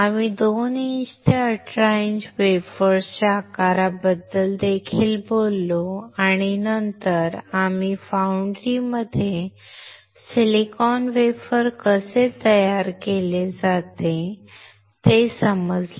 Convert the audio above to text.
आम्ही 2 इंच ते 18 इंच वेफर्सच्या आकाराबद्दल देखील बोललो आणि नंतर आम्हाला फाउंड्री मध्ये सिलिकॉन वेफर कसे तयार केले जाते ते लवकर समजले